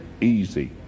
easy